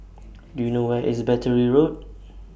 Do YOU know Where IS Battery Road